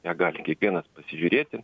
ją gali kiekvienas pasižiūrėti